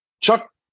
Chuck